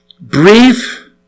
brief